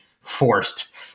forced